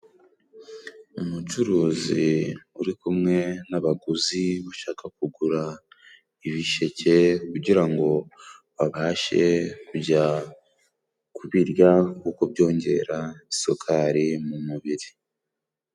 Umucuruzi uri kumwe n'abaguzi bashaka kugura ibisheke kugira ngo babashe kujya kubirya kuko byongera isukari mu mubiri.